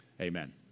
amen